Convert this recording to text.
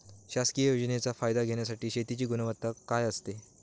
शासकीय योजनेचा फायदा घेण्यासाठी शेतीची गुणवत्ता काय असते?